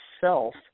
self